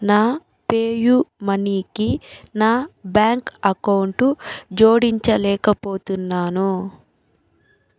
నా పేయూ మనీకి నా బ్యాంక్ అకౌంటు జోడించలేకపోతున్నాను